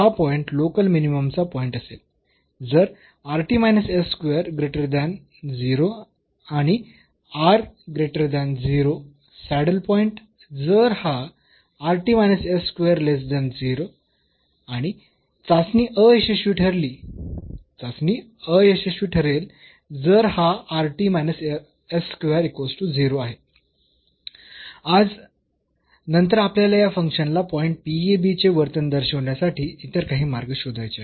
हा point local मिनिममचा point असेल जर आणि सॅडल पॉईंट जर हा आणि चाचणी अयशस्वी ठरली चाचणी अयशस्वी ठरेल जर हा आहे आज नंतर आपल्याला या फंक्शनला पॉईंट चे वर्तन दर्शविण्यासाठी इतर काही मार्ग शोधायचे आहेत